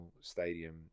Stadium